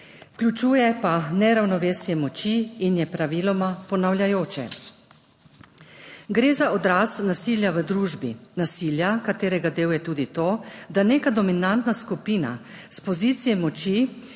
vključuje pa neravnovesje moči in je praviloma ponavljajoče. Gre za odraz nasilja v družbi, nasilja, katerega del je tudi to, da neka dominantna skupina s pozicije moči